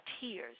tears